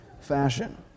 fashion